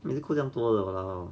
每次扣这样多的 !walao!